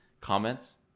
comments